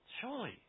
Surely